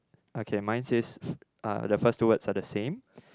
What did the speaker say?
okay mine says uh the first two words are the same